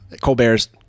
Colbert's